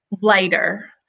lighter